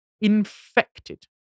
infected